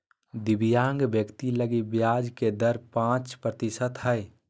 दिव्यांग व्यक्ति लगी ब्याज के दर पांच प्रतिशत हइ